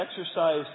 exercise